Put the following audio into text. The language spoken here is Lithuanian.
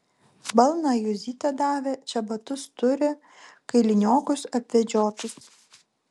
balną juzytė davė čebatus turi kailiniokus apvedžiotus